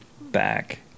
back